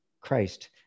Christ